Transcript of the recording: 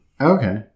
Okay